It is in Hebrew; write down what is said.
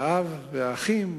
האב והאחים,